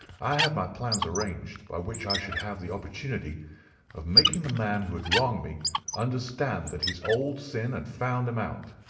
i had my plans arranged by which i should have the opportunity of making the man who had wronged me understand that his old sin had found him out.